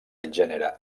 gènere